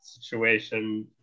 situation